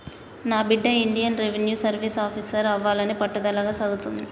నా బిడ్డ Indian revenue service officer అవ్వాలని పట్టుదలగా సదువుతుంది